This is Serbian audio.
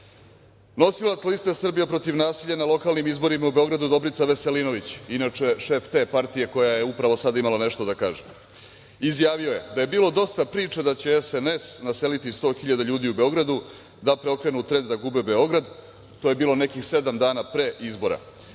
Nosilac liste "Srbija protiv nasilja" na lokalnim izborima u Beogradu, Dobrica Veselinović, inače šef te partije koja je upravo sada imala nešto da kaže, izjavio je da je bilo dosta priča da će SNS naseliti 100 hiljada ljudi u Beogradu da preokrenu trend da gube Beograd, to je bilo nekih sedam dana pre izbora.